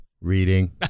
Reading